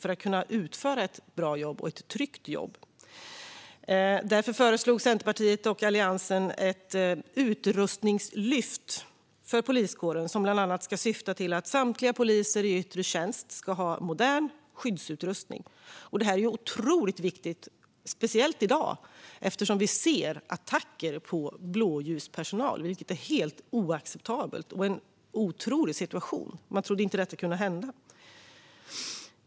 Därför föreslog Centerpartiet tillsammans med Alliansen ett utrustningslyft för poliskåren, som bland annat ska syfta till att samtliga poliser i yttre tjänst ska ha modern skyddsutrustning. Detta är otroligt viktigt, speciellt i dag, eftersom vi ser attacker på blåljuspersonal, vilket är helt oacceptabelt och en otrolig situation. Man trodde inte att detta kunde hända.